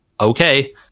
okay